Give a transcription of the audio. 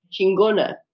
chingona